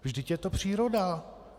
Vždyť je to příroda!